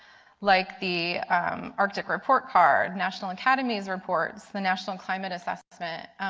like the arctic report card, national academies reports, the national climate assessment.